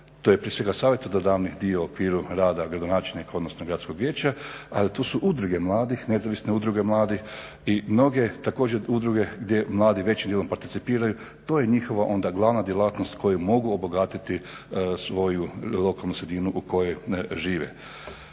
to je prije svega savjetodavni dio u okviru rada gradonačelnika odnosno gradskog vijeća, ali tu su udruge mladih, nezavisne udruge mladih i mnoge također udruge gdje mladi većim dijelom participiraju. To je njihova onda glavna djelatnost kojom mogu obogatiti onda svoju lokalnu sredinu u kojoj žive.